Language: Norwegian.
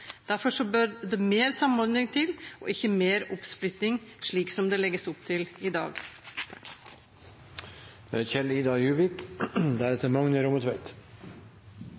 Derfor bør det mer samordning til og ikke mer oppsplitting, slik det legges opp til i dag.